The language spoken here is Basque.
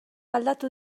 aldatu